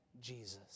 Jesus